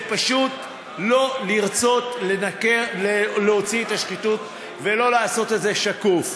זה פשוט לא לרצות להוציא את השחיתות ולא לעשות את זה שקוף.